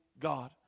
God